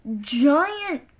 giant